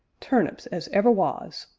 turnips as ever was!